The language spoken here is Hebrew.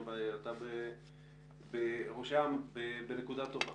אתה בראשם בנקודה טובה.